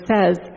says